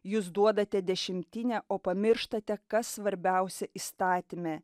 jūs duodate dešimtinę o pamirštate kas svarbiausia įstatyme